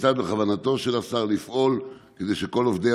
כיצד בכוונתו של השר לפעול כדי שכל עובדי